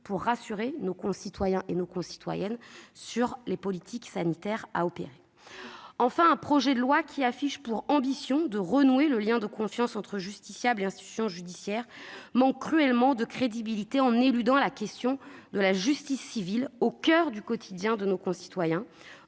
pour rassurer nos concitoyens sur les politiques sanitaires à conduire. Enfin, ce projet de loi qui affiche l'ambition de renouer le lien de confiance entre justiciables et institution judiciaire manque cruellement de crédibilité en éludant la question de la justice civile, au coeur du quotidien de nos concitoyens.